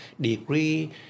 degree